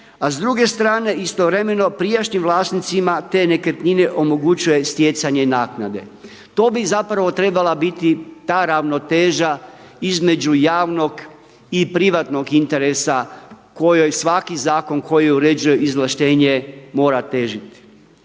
a s druge strane istovremeno prijašnjim vlasnicima te nekretnine omogućuje stjecanje naknade. To bi zapravo trebala biti ta ravnoteža između javnog i privatnog interesa kojoj svaki zakon koji uređuje izvlaštenje mora težiti.